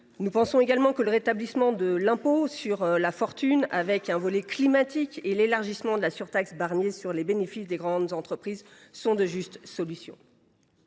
Nous pensons également que le rétablissement de l’impôt de solidarité sur la fortune (ISF), assorti d’un volet climatique, et l’élargissement de la surtaxe Barnier sur les bénéfices des grandes entreprises sont de justes solutions.